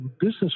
business